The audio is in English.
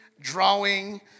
drawing